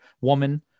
woman